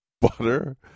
Butter